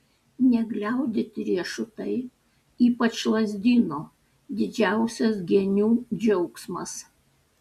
negliaudyti riešutai ypač lazdyno didžiausias genių džiaugsmas